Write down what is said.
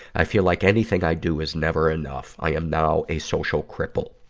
i feel like anything i do is never enough. i am now a social cripple.